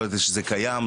לא ידעתי שזה קיים,